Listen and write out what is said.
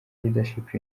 leadership